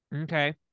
Okay